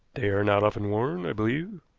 they are not often worn, i believe?